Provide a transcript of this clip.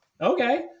okay